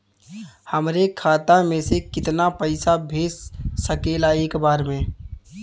हमरे खाता में से कितना पईसा भेज सकेला एक बार में?